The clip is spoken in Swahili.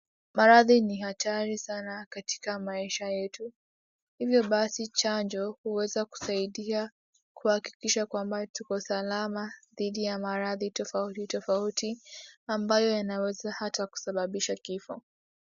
Maradhi ni hatari sana katika maisha yetu hivyo basi chanjo huweza kusaidia kuhakikisha kwamba tuko salama dhidi ya maradhi tofauti tofauti ambayo yanaweza hata kusababisha kifo.